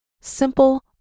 Simple